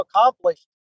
accomplished